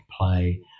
play